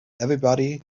everybody